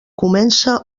comença